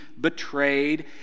betrayed